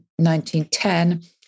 1910